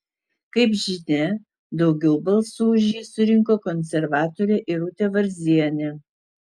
kaip žinia daugiau balsų už jį surinko konservatorė irutė varzienė